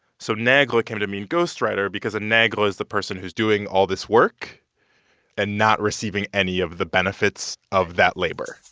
so negre came to mean ghostwriter because a negre is the person who's doing all this work and not receiving any of the benefits of that labor.